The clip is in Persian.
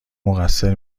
مقصر